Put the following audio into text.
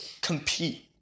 compete